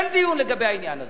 אין דיון לגבי העניין הזה.